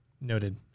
Noted